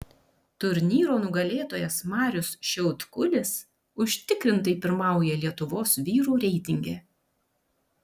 turnyro nugalėtojas marius šiaudkulis užtikrintai pirmauja lietuvos vyrų reitinge